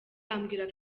ambwira